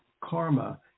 karma